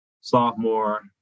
sophomore